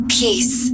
peace